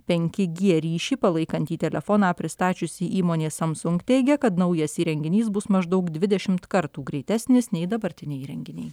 penki g ryšį palaikantį telefoną pristačiusi įmonė samsung teigia kad naujas įrenginys bus maždaug dvidešimt kartų greitesnis nei dabartiniai įrenginiai